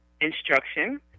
instruction